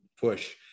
push